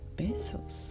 besos